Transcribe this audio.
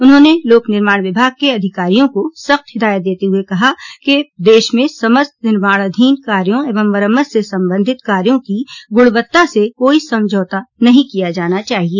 उन्होंने लोक निर्माण विभाग के अधिकारियों को सख्त हिदायत देते हुए कहा कि प्रदेश में समस्त निर्माणाधीन कार्यो एवं मरम्मत से संबधित कार्यो की गुणवत्ता से कोई समझौता नहीं किया जाना चाहिए